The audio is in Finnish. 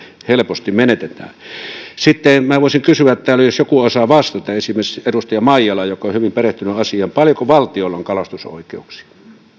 helposti menetetään sitten minä voisin kysyä täällä jos joku osaa vastata esimerkiksi edustaja maijala joka on hyvin perehtynyt asiaan paljonko valtiolla on kalastusoikeuksia